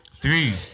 three